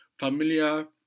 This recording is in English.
Familiar